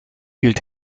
gilt